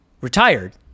retired